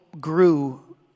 grew